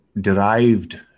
derived